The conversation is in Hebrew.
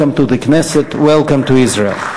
Welcome to the Knesset, welcome to Israel.